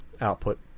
output